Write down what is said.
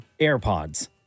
AirPods